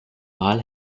mal